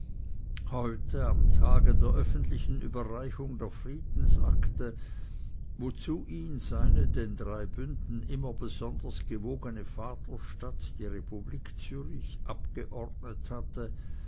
heute am tage der öffentlichen überreichung der friedensakte wozu ihn seine den drei bünden immer besonders gewogene vaterstadt die republik zürich abgeordnet hatte